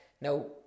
Now